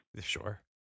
Sure